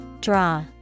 Draw